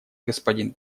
господин